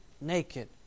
naked